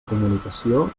comunicació